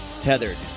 Tethered